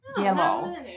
yellow